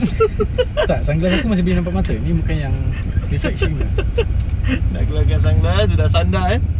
tak sunglass aku masih boleh nampak mata ini bukan yang reflection punya